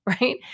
right